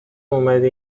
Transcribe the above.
اومدی